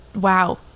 Wow